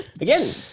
again